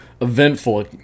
eventful